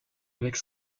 avec